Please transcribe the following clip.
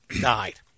died